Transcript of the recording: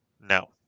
No